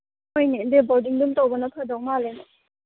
ꯍꯣꯏꯅꯦ ꯗꯦ ꯕꯣꯔꯗꯤꯡꯗꯨꯝ ꯇꯧꯕꯅ ꯐꯗꯧ ꯃꯥꯜꯂꯦꯅꯦ